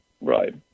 right